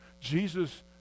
Jesus